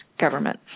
government